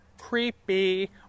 creepy